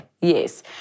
Yes